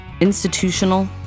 institutional